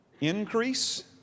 Increase